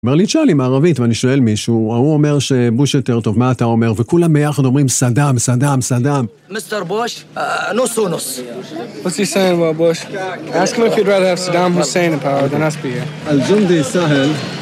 אומר לי תשאל אם מערבית, ואני שואל מישהו, הוא אומר שבוש יותר טוב, מה אתה אומר? וכולם ביחד אומרים סאדם, סאדם, סאדם.